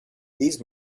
these